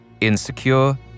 Insecure